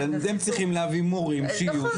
אבל אתם צריכים להביא מורים שיהיו שם.